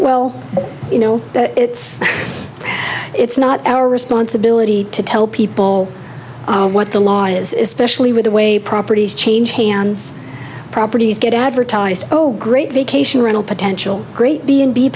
well you know it's it's not our responsibility to tell people what the law is especially with the way properties changed hands properties get advertised oh great vacation rental potential great